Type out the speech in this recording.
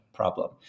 Problem